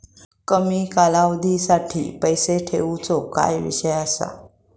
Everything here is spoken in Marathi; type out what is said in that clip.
कमी कालावधीसाठी पैसे ठेऊचो काय विषय असा?